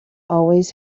always